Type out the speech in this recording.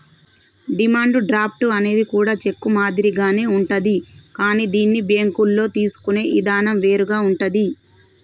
demand draft అనేది కూడా cheque మాదిరిగానే ఉంటాది కానీ దీన్ని బ్యేంకుల్లో తీసుకునే ఇదానం వేరుగా ఉంటాది